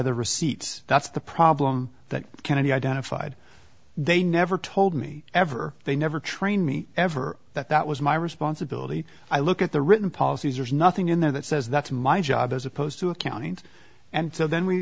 the receipt that's the problem that can't be identified they never told me ever they never train me ever that that was my responsibility i look at the written policies or nothing in there that says that's my job as opposed to accounting and so then we